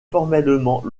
formellement